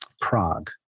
Prague